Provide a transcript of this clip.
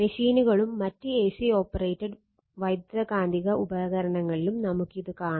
മെഷീനുകളും മറ്റ് AC operated വൈദ്യുതകാന്തിക ഉപകരണങ്ങളിലും നമുക്ക് ഇത് കാണാം